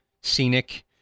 scenic